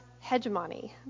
hegemony